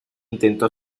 intentó